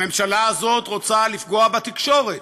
הממשלה הזאת רוצה לפגוע בתקשורת,